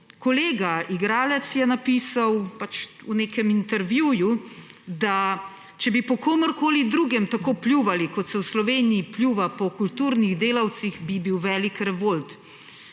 kolega igralec je napisal v nekem intervjuju, da če bi po komurkoli drugem tako pljuvali, kot se v Sloveniji pljuva po kulturnih delavcih, bi bil velik revolt.